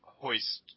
hoist